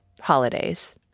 Holidays